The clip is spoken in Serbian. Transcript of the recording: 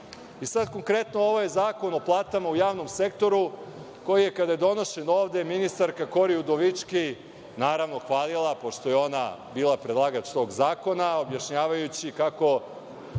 konkretno, ovo je Zakon o platama u javnom sektoru, koji je, kada je donošen ovde, ministarka Kori Udovički, naravno, hvalila, pošto je ona bila predlagač tog zakona, objašnjavajući kako